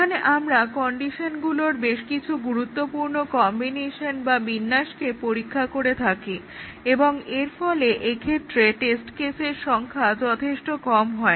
এখানে আমরা কন্ডিশনগুলোর বেশ কিছু গুরুত্বপূর্ণ কম্বিনেশন বা বিন্যাসকে পরীক্ষা করে থাকি এবং এর ফলে এক্ষেত্রে টেস্ট কেসের সংখ্যা যথেষ্ট কম হয়